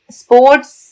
sports